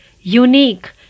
Unique